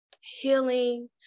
healing